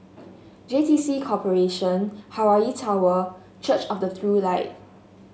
J T C Corporation Hawaii Tower Church of the True Light